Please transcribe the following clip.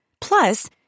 Plus